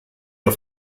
auf